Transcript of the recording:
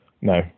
No